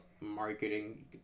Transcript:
Marketing